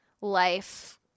Life